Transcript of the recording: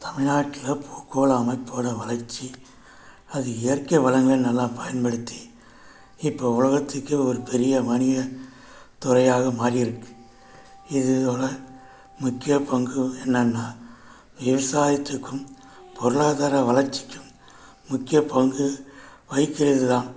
தமிழ்நாட்ல போக்குவரத்து அமைப்போடய வளர்ச்சி அது இயற்கை வளங்களை நல்லா பயன்படுத்தி இப்போது உலகத்துக்கே ஒரு பெரிய வணிக துறையாக மாறி இருக்குது இதோடய முக்கிய பங்கு என்னென்னால் விவசாயத்திற்கும் பொருளாதார வளர்ச்சிக்கும் முக்கிய பங்கு வகிக்கிறது தான்